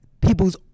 people's